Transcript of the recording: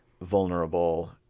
vulnerable